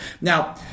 Now